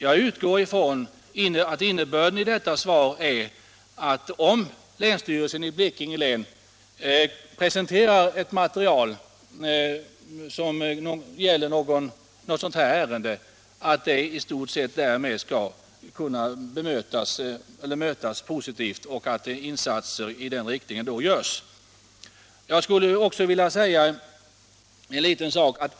Jag utgår från att innebörden av detta är att om länsstyrelsen i Blekinge län presenterar ett material som gäller ett sådant ärende kommer det i stort sett att mötas positivt och att insatser i önskad riktning då görs. Jag skulle vilja tillägga en liten sak.